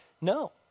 no